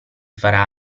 farà